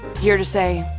here to say,